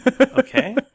Okay